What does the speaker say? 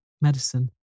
medicine